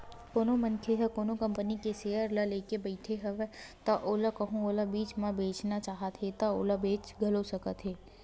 कोनो मनखे ह कोनो कंपनी के सेयर ल लेके बइठे हवय अउ ओला कहूँ ओहा बीच म बेचना चाहत हे ता ओला बेच घलो सकत हे